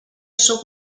sóc